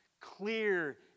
...clear